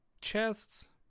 chests